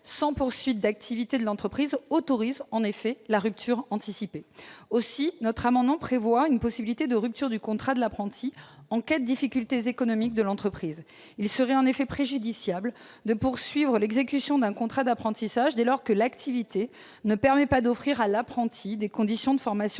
sans poursuite d'activité de l'entreprise autorise la rupture anticipée. Aussi, notre amendement prévoit une possibilité de rupture du contrat de l'apprenti en cas de difficultés économiques de l'entreprise. Il serait en effet préjudiciable de poursuivre l'exécution d'un contrat d'apprentissage dès lors que l'activité ne permet pas d'offrir à l'apprenti des conditions de formation